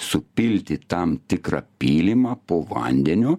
supilti tam tikrą pylimą po vandeniu